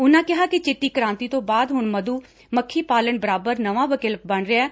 ਉਨਾਂ ਕਿਹਾ ਕਿ ਚਿੱਟੀ ਕੁਾਂਤੀ ਤੋ ਂ ਬਾਅਦ ਹੁਣ ਮਧੁਮੱਖੀ ਪਾਲਣ ਬਰਾਬਰ ਨਵਾ ਵਿਕਲਪ ਬਣ ਰਿਹੈ